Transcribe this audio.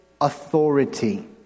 authority